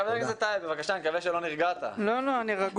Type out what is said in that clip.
חבר